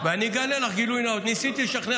ואני אגלה לך גילוי נאות: ניסיתי לשכנע